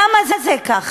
למה זה ככה?